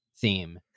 theme